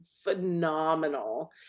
phenomenal